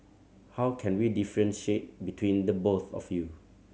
how can we differentiate between the both of you